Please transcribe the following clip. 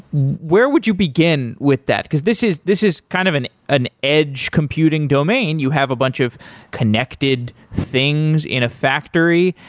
where would you begin with that? because this is this is kind of an an edge computing domain, you have a bunch of connected things in a factory.